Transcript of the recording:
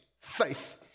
faith